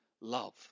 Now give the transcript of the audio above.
love